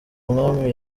umwami